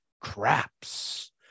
craps